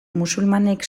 musulmanek